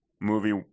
movie